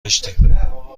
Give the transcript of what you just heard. داشتیم